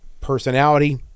personality